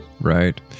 Right